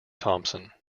thompson